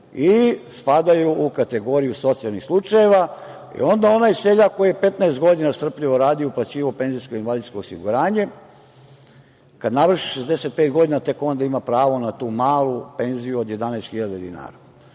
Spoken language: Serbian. i spadaju u kategoriju socijalnih slučajev. I onda, onaj seljak koji 15 godina strpljivo radi, uplaćivao je penzijsko i invalidsko osiguranje, kad navrši 65 godina, tek onda ima pravo na tu malu penziju od 11.000,00 dinara. Onda